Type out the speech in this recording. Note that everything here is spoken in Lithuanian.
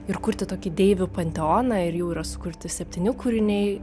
ir kurti tokį deivių panteoną ir jau yra sukurti septyni kūriniai